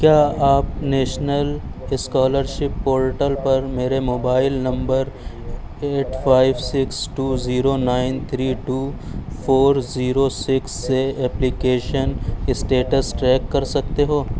کیا آپ national scholarship portal پر میرے mobile number eight five six two zero nine three two four zero six سے application status track کر سکتے ہو